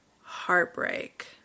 heartbreak